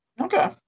Okay